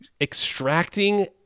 Extracting